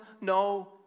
no